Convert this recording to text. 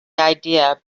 idea